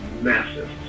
massive